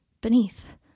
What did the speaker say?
Beneath